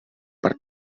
per